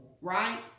right